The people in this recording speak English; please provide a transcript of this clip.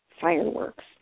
fireworks